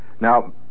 Now